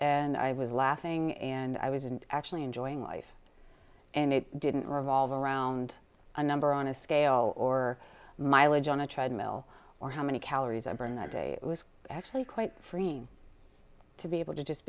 and i was laughing and i was and actually enjoying life and it didn't revolve around a number on a scale or mileage on a treadmill or how many calories i burn that day it was actually quite freen to be able to just